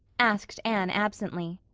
asked anne absently.